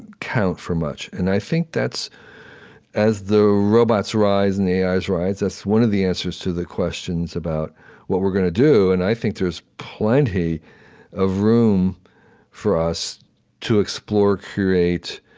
count for much and i think that's as the robots rise and the ais rise that's one of the answers to the questions about what we're gonna do, and i think there's plenty of room for us to explore, curate,